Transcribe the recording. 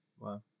Wow